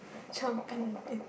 jumping